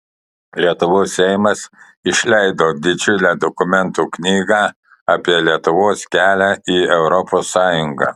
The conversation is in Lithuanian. lietuvos seimas išleido didžiulę dokumentų knygą apie lietuvos kelią į europos sąjungą